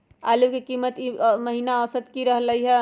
आलू के कीमत ई महिना औसत की रहलई ह?